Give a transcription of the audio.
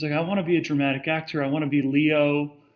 like, i wanna be a dramatic actor. i wanna be leo,